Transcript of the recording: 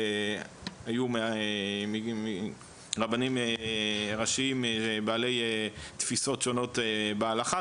היו רבנים ראשיים בעלי תפיסות שונות בהלכה,